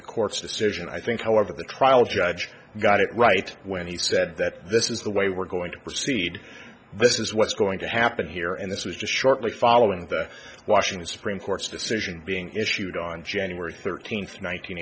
the court's decision i think however the trial judge got it right when he said that this is the way we're going to proceed this is what's going to happen here and this was just shortly following the washington supreme court's decision being issued on january thirteenth